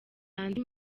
andi